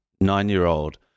nine-year-old